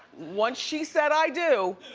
once she said i do.